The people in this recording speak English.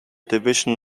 division